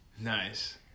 Nice